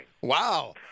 Wow